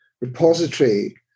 repository